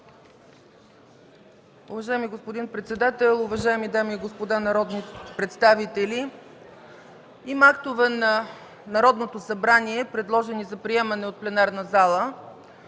Уважаеми господин председател, уважаеми дами и господа народни представители! Има актове на Народното събрание, предложени за приемане от пленарната зала,